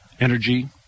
energy